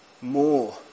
more